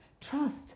trust